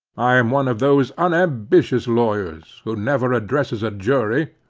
i am one of those unambitious lawyers who never addresses a jury,